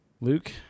Luke